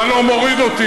אתה לא מוריד אותי.